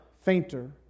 fainter